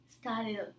started